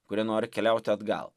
kurie nori keliauti atgal